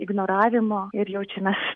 ignoravimo ir jaučiamės